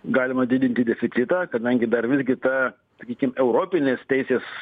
galima didinti deficitą kadangi dar visgi ta sakykim europinės teisės